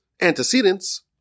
antecedents